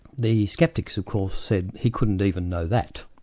the sceptics of course said he couldn't even know that.